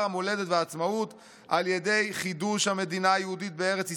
המולדת והעצמאות על ידי חידוש המדינה היהודית בארץ ישראל,